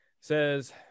Says